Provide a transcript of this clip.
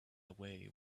away